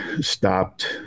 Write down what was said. stopped